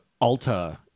Alta